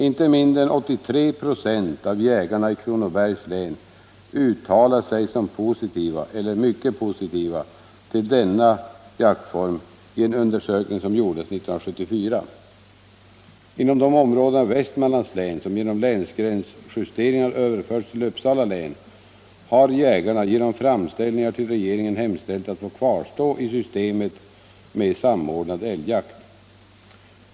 Inte mindre än 83 H av jägarna i Kronobergs län uttalar sig som positiva eller mycket positiva till denna jaktform i en undersökning som gjordes 1974. Inom de områden av Västmanlands län som genom länsgränsjusteringar överförts till Uppsala län har jägarna genom framställningar till regeringen hemställt att få kvarstå i systemet med samordnad älgjakt.